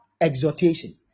exhortation